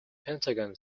pentagon